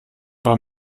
war